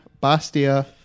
Bastia